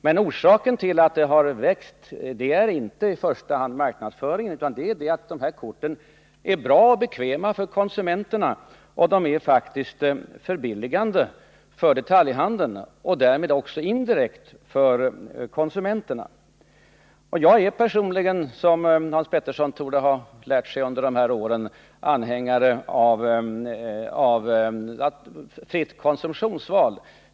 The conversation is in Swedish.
Men orsaken till att antalet kreditkort har växt är inte i första hand marknadsföringen av dem utan det förhållandet att dessa kort är bra och bekväma för konsumterna. De är faktiskt också förbilligande för detaljhandeln och därmed indirekt även för konsumenterna. Jag är personligen, som Hans Petersson torde veta, anhängare av ett fritt konsumtionsval.